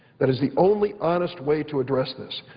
that is the only honest way to address this.